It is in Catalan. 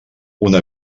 una